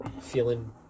feeling